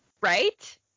Right